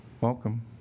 Welcome